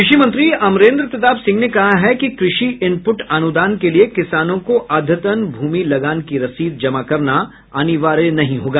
कृषि मंत्री अमरेन्द्र प्रताप सिंह ने कहा है कि कृषि इनपुट अनुदान के लिये किसानों को अद्यतन भूमि लगान की रसीद जमा करना अनिवार्य नहीं होगा